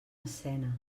escena